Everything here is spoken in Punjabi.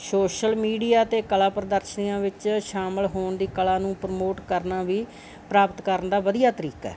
ਸ਼ੋਸ਼ਲ ਮੀਡੀਆ 'ਤੇ ਕਲਾ ਪ੍ਰਦਰਸ਼ਨੀਆਂ ਵਿੱਚ ਸ਼ਾਮਿਲ ਹੋਣ ਦੀ ਕਲਾ ਨੂੰ ਪ੍ਰਮੋਟ ਕਰਨਾ ਵੀ ਪ੍ਰਾਪਤ ਕਰਨ ਦਾ ਵਧੀਆ ਤਰੀਕਾ